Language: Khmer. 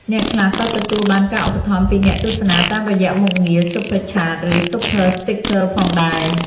អ្នកខ្លះក៏ទទួលបានការឧបត្ថម្ភពីអ្នកទស្សនាតាមរយៈមុខងារ Super Chat ឬ Super Stickers ផងដែរ។